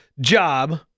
job